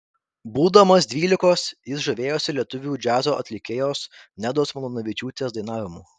būdamas dvylikos jis žavėjosi lietuvių džiazo atlikėjos nedos malūnavičiūtės dainavimu